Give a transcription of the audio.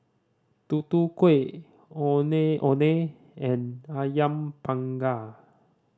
Tutu Kueh Ondeh Ondeh and Ayam Panggang